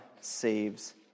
saves